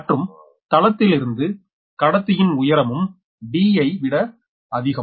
மற்றும் தளத்திலிருந்து கடத்தியின் உயரமும் D ஐ வியா மிக அதிகம்